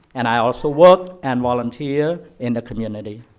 and i also work and volunteer in the community.